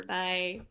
bye